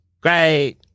great